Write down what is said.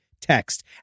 text